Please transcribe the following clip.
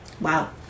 Wow